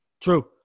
true